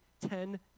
ten